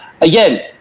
Again